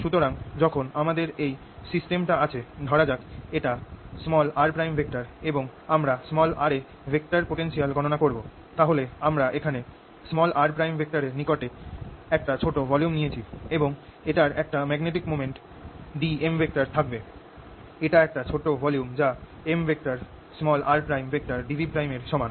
সুতরাং যখন আমাদের এই সিস্টেম টা আছে ধরা যাক এটা r' এবং আমরা r এ ভেক্টর পোটেনশিয়াল গণনা করব তাহলে আমরা এখানে r এর নিকটে একটা ছোট ভলিউম নিয়েছি এবং এটার একটা ম্যাগনেটিক মোমেন্ট dm থাকবে এটা একটা ছোট ভলিউম যা Mr dV এর সমান